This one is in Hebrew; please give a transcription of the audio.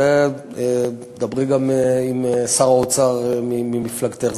על זה דברי גם עם שר האוצר ממפלגתך.